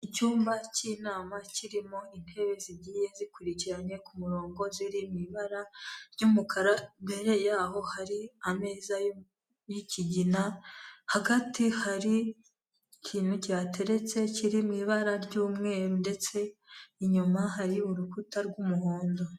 Icyumba cy'inama kirimo intebe zigiye zikurikiranye ku murongo ziri mu ibara ry'umukara, imbere yaho hari ameza y'ikigina hagati hari ikintu cyihateretse kiri mu ibara ry'umweru ndetse inyuma hari urukuta rw'umuhondo.